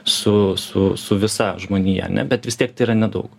su su su visa žmonija ane bet vis tiek tai yra nedaug